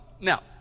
Now